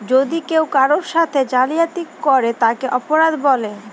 যদি কেউ কারোর সাথে জালিয়াতি করে তাকে অপরাধ বলে